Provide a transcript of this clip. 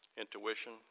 intuition